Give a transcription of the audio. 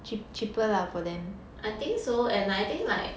I think so and I think like